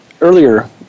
earlier